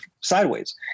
sideways